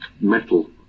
metal